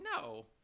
no